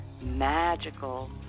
magical